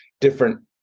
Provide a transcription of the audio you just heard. different